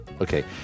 Okay